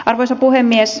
arvoisa puhemies